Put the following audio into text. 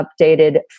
updated